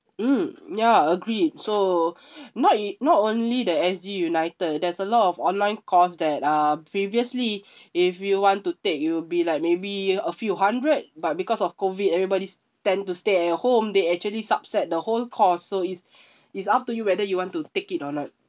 mm ya agreed so not e~ not only the S_G united there's a lot of online cause that uh previously if you want to take it will be like maybe a few hundred but because of COVID everybody's tend to stay at home they actually subset the whole course so it's it's up to you whether you want to take it or not